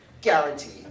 guaranteed